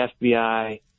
FBI